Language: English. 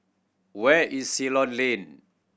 where is Ceylon Lane